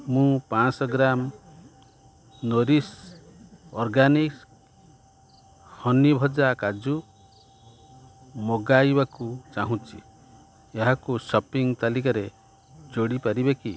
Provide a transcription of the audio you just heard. ମୁଁ ପାଞ୍ଚଶହ gram Nourish organic honey ଭଜା କାଜୁ ମଗାଇବାକୁ ଚାହୁଁଛି ଏହାକୁ ସପିଂ ତାଲିକାରେ ଯୋଡ଼ିପାରିବେ କି